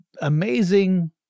amazing